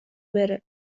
بره